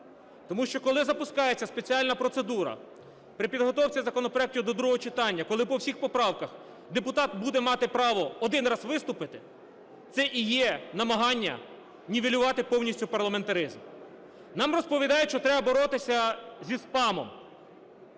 Тому що, коли запускається спеціальна процедура при підготовці законопроектів до другого читання, коли по всіх поправках депутат буде мати право один раз виступити, це і є намагання нівелювати повністю парламентаризм. Нам розповідають, що треба боротися зі спамом,